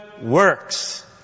works